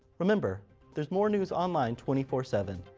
remember there's more news online twenty four seven.